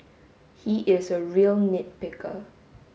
he is a real nit picker